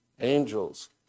angels